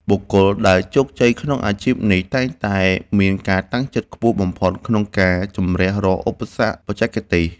បុគ្គលដែលជោគជ័យក្នុងអាជីពនេះតែងតែមានការតាំងចិត្តខ្ពស់បំផុតក្នុងការជម្នះរាល់ឧបសគ្គបច្ចេកទេស។